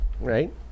right